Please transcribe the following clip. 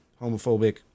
homophobic